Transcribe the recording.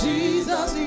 Jesus